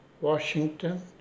Washington